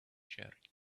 sharing